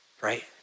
right